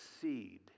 seed